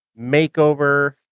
makeover